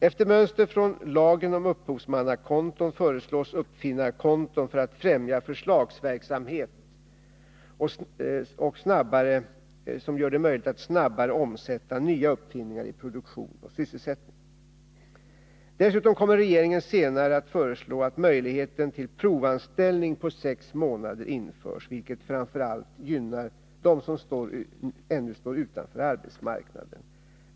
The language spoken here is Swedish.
Efter mönster från lagen om upphovsmannakonton föreslås uppfinnarkonton för att främja förslagsverksamhet och för att möjliggöra ett snabbare omsättande av nya uppfinningar i produktion och sysselsättning. Dessutom kommer regeringen senare att föreslå att möjlighet till provanställning på sex månader införs, vilket framför allt gynnar dem som ännu står utanför arbetsmarknaden.